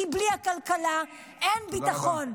כי בלי הכלכלה אין ביטחון.